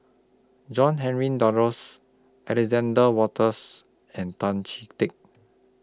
John Henry Duclos Alexander Wolters and Tan Chee Teck